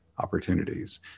opportunities